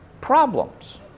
problems